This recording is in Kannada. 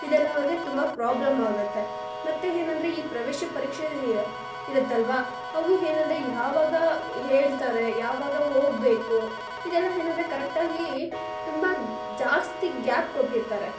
ಇದೆಲ್ಲ ಅವ್ರಿಗೆ ತುಂಬ ಪ್ರಾಬ್ಲಮ್ ಆಗುತ್ತೆ ಮತ್ತು ಏನಂದ್ರೆ ಈ ಪ್ರವೇಶ ಪರೀಕ್ಷೆ ಇರುತ್ತಲ್ಲವಾ ಅವು ಏನಂದ್ರೆ ಯಾವಾಗ ಹೇಳ್ತಾರೆ ಯಾವಾಗ ಹೋಗಬೇಕು ಇದೆಲ್ಲಾ ಏನಂದ್ರೆ ಕರಕ್ಟಾಗಿ ತುಂಬ ಜಾಸ್ತಿ ಗ್ಯಾಪ್ ಕೊಟ್ಟಿರ್ತಾರೆ